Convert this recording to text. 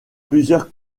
plusieurs